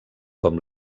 com